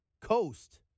Coast